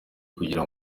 kugira